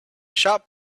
shop